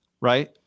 right